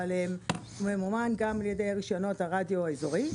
אבל ממומן גם על ידי רישיונות הרדיו האזורי.